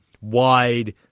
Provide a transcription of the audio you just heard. wide